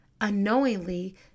unknowingly